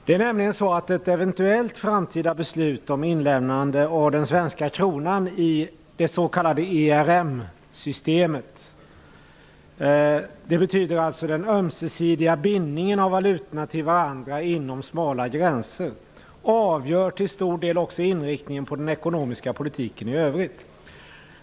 Det är nämligen så att ett eventuellt framtida beslut om ett inlemmande av den svenska kronan i det s.k. ERM-systemet - valutors ömsesidiga bindning till varandra inom smala gränser - till stor del avgör också inriktningen av den ekonomiska politiken i övrigt.